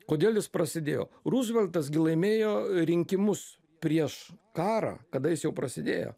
kodėl jis prasidėjo ruzveltas gi laimėjo rinkimus prieš karą kada jis jau prasidėjo